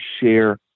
share